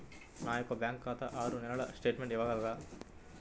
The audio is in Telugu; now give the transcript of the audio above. నా యొక్క బ్యాంకు ఖాతా ఆరు నెలల స్టేట్మెంట్ ఇవ్వగలరా?